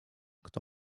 kto